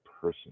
person